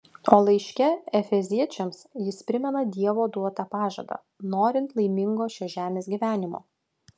o laiške efeziečiams jis primena dievo duotą pažadą norint laimingo šios žemės gyvenimo